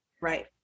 Right